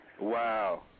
Wow